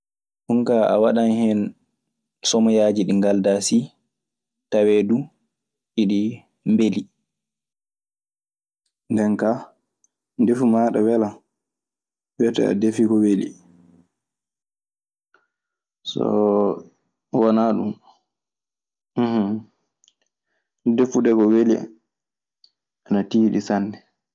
Ɗun kaa a waɗan hen somoyaaji ɗi ngaldaa sii. Tawee du eɗi mbeli. Nden kaa ndefu maaɗa welan. Wiyete a defii ko weli. Soo wanaa ɗun, defude ko weli ana tiiɗi sanne.